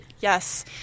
Yes